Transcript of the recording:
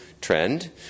trend